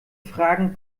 fragen